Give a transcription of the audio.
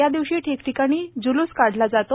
या दिवशी ठिकठिकाणी जुलूस काढला जातो